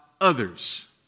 others